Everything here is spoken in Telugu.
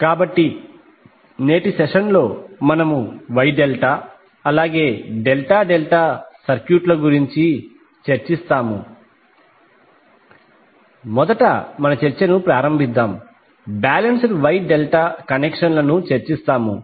కాబట్టి నేటి సెషన్లో మనము Y ∆ అలాగే ∆∆ సర్క్యూట్ల గురించి చర్చిస్తాము మొదట మన చర్చను ప్రారంభిద్దాం బ్యాలెన్స్డ్ Y ∆ కనెక్షన్ లను చర్చిస్తాము